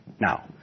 Now